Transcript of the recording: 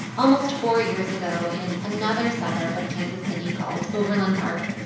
almost four years ago in another suburb of kansas city called overland park,